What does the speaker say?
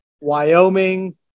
Wyoming